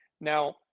Now